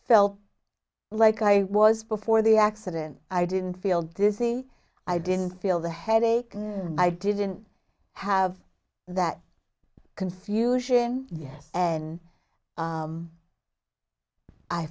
felt like i was before the accident i didn't feel dizzy i didn't feel the headache i didn't have that confusion yes and